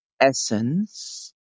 essence